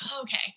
okay